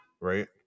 right